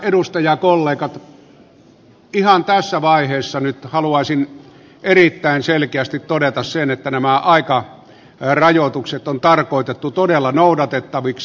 hyvät edustajakollegat ihan tässä vaiheessa nyt haluaisin erittäin selkeästi todeta sen että nämä aikarajoitukset on tarkoitettu todella noudatettaviksi